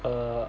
err